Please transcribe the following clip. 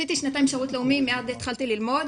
עשיתי שנתיים שירות לאומי ומייד התחלתי ללמוד.